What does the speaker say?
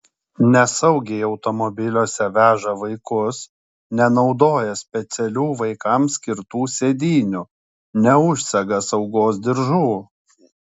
nesaugiai automobiliuose veža vaikus nenaudoja specialių vaikams skirtų sėdynių neužsega diržo